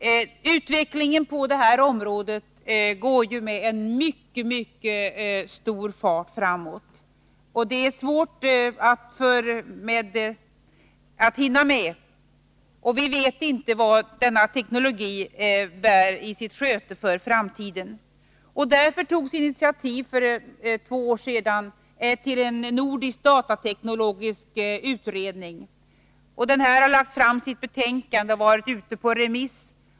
Utvecklingen på detta område går framåt med mycket stor fart. Det är svårt att hinna med, och vi vet inte vad denna teknologi bär i sitt sköte för framtiden. Därför togs initiativ för två år sedan till en nordisk datateknologisk utredning. Denna utredning har lagt fram sitt betänkande, som varit ute på remiss.